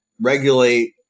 regulate